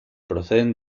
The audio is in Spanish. proceden